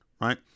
right